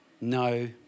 no